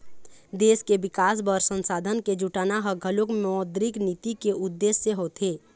देश के बिकास बर संसाधन के जुटाना ह घलोक मौद्रिक नीति के उद्देश्य होथे